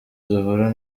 duhura